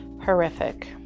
Horrific